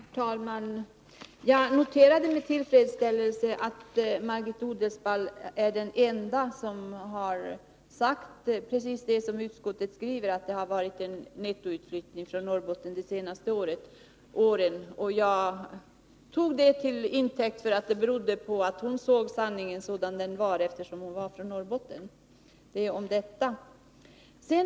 Herr talman! Jag noterade med tillfredsställelse att Margit Odelsparr är den enda som sagt precis det som utskottet skriver, att det varit en nettoutflyttning från Norrbotten de senaste åren. Jag tog det till intäkt för att hon såg sanningen sådan den var eftersom hon är från Norrbotten. Detta om detta!